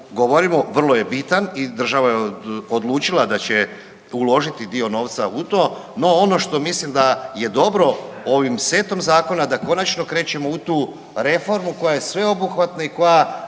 govorimo, vrlo je bitan i država je odlučila da će uložiti dio novca u to, no ono što mislim da je dobro ovim setom zakona da konačno krećemo u tu reformu koja je sveobuhvatna i koja